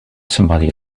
somebody